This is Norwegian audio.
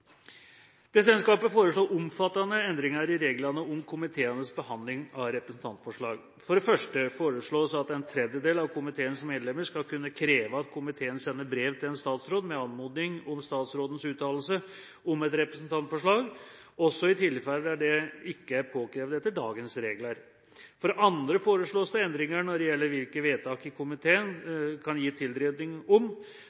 Presidentskapet foreslår omfattende endringer i reglene om komiteenes behandling av representantforslag. For det første foreslås at en tredjedel av komiteens medlemmer skal kunne kreve at komiteen sender brev til en statsråd med anmodning om statsrådens uttalelse om et representantforslag, også i tilfeller der det ikke er påkrevd etter dagens regler. For det andre foreslås det endringer når det gjelder hvilke vedtak komiteen